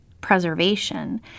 preservation